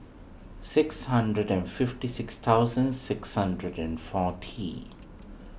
six hundred and fifty six thousand six hundred and forty